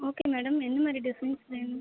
okay madam எந்த மாதிரி designs வேணும்